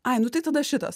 ai nu tai tada šitas